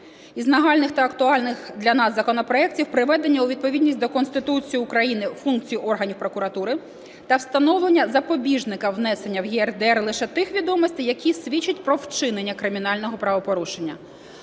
Із нагальних та актуальних для нас законопроектів: приведення у відповідність до Конституції України функції органів прокуратури та встановлення запобіжника внесення в ЄРДР лише тих відомостей, які свідчать про вчинення кримінального правопорушення.